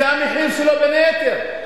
זה המחיר שלו, בין היתר.